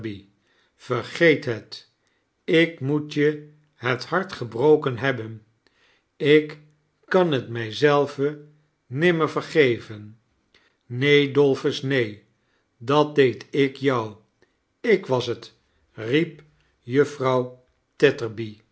vergeet het ik moet je het hart gebroken hebben ik kan t mij zelven nimmer vergeven neen dolphus neen dat deed ik jou ik was t riep juffrouw